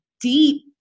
deep